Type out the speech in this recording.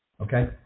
Okay